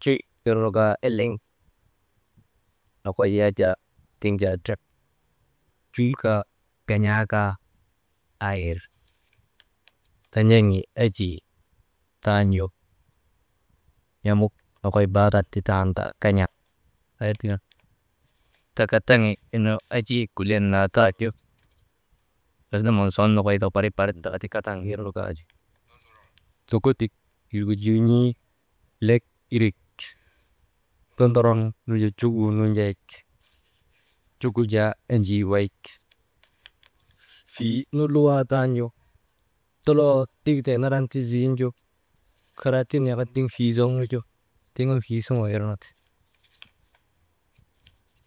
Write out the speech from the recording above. Tri irnu kaa eleŋ nokoy ya jaa tiŋ jaa drep, tri kaa gan̰aa kaa aa ir, ten̰eŋi enjii tanju, n̰amuk nokoy baakat ti tan kaa ken̰a «hesitation» takataŋi irnu enjii gulen naa ti tanju, aze monsonoo nokoy tika barik bar nokoy tindaka ti kata wirnu kaa ju sokodik irgu juun̰ii lek irek, dondoroŋ nu jugu nunjayik, juk gu jaa enjii wayik, fii nu luwaa tanju doloo diwtee naran ti zinju, karaatin yaka diŋ fii zoŋnu ju tiŋ an fiisuŋuu ir nu ti,